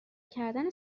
کردن